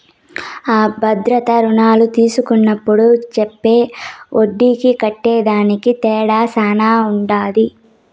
అ భద్రతా రుణాలు తీస్కున్నప్పుడు చెప్పే ఒడ్డీకి కట్టేదానికి తేడా శాన ఉంటది